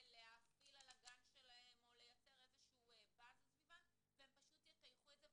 להאפיל על הגן שלהם או לייצר איזשהו באזז סביבם והם פשוט יטייחו את זה.